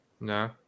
No